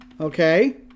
okay